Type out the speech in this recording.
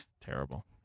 Terrible